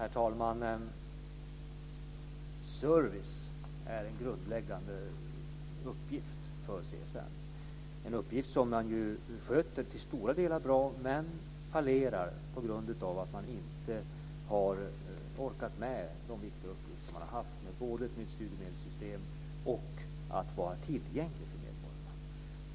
Herr talman! Service är en grundläggande uppgift för CSN - en uppgift som man sköter till stora delar bra men där det fallerar på grund av att man inte har orkat med de viktiga uppgifter man har haft både med ett nytt studiemedelssystem och när det gäller att vara tillgänglig för medborgarna.